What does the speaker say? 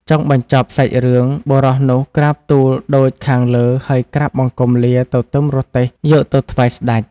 ចុងបញ្ចប់សាច់រឿងបុរសនោះក្រាបទូលដូចខាងលើហើយក្រាបបង្គំលាទៅទឹមរទេះយកទៅថ្វាយស្ដេច។